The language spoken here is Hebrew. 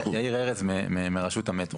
שמי יאיר ארז מרשות המטרו.